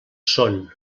són